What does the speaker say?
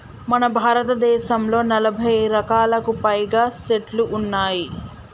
మన భారతదేసంలో నలభై రకాలకు పైనే సెట్లు ఉన్నాయి